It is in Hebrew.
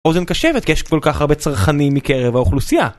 אוזן קשבת כי יש כל כך הרבה צרכנים מקרב האוכלוסייה